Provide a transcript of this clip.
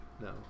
no